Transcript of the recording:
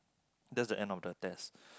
that's the end of the test